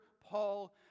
Paul